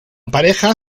pareja